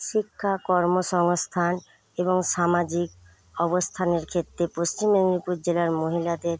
শিক্ষা কর্মসংস্থান এবং সামাজিক অবস্থানের ক্ষেত্রে পশ্চিম মেদিনীপুর জেলার মহিলাদের